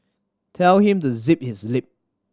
tell him to zip his lip